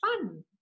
fun